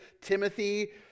Timothy